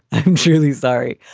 i'm sure he's sorry,